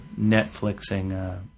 Netflixing